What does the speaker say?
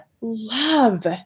love